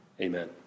Amen